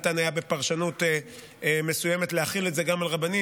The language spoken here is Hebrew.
שניתן היה בפרשנות מסוימת להחיל את זה גם על רבנים.